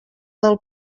del